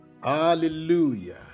hallelujah